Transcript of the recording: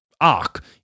arc